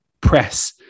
press